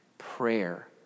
Prayer